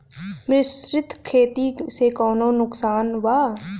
मिश्रित खेती से कौनो नुकसान वा?